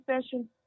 session